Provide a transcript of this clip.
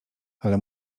ale